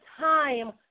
time